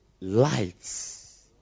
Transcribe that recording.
lights